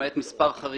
למעט מספר חריגים.